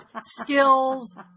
skills